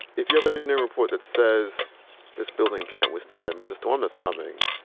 if you have an engineer report that says this building can't withstand the storm that's coming,